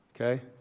Okay